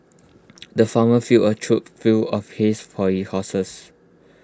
the farmer filled A trough full of hays for his horses